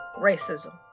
racism